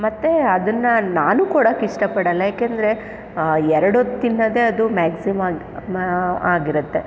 ಮತ್ತು ಅದನ್ನು ನಾನು ಕೊಡಕ್ಕಿಷ್ಟ ಪಡಲ್ಲ ಏಕೆಂದರೆ ಎರಡೊತ್ತು ತಿನ್ನೋದೇ ಅದು ಮ್ಯಾಗ್ಸಿಮಾ ಮಾ ಆಗಿರುತ್ತೆ